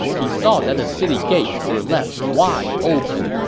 he saw that the city gates were left wide open,